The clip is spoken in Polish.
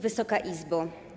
Wysoka Izbo!